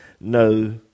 no